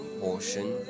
portion